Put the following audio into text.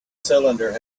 cylinder